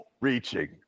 Reaching